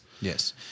Yes